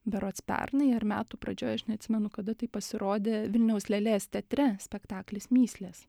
berods pernai ar metų pradžioj aš neatsimenu kada tai pasirodė vilniaus lėlės teatre spektaklis mįslės